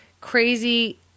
crazy